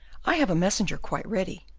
i have a messenger quite ready.